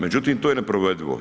Međutim, to je neprovedivo.